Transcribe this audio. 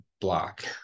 block